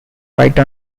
white